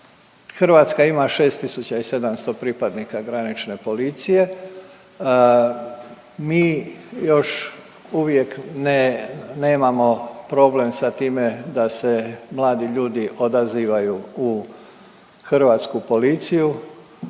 Hrvatska ima 6.700 pripadnika granične policije. Mi još uvijek ne, nemamo problem sa time da se mladi ljudi odazivaju u hrvatsku policiju.